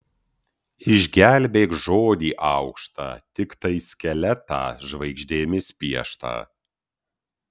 išgelbėk žodį aukštą tiktai skeletą žvaigždėmis pieštą